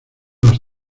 las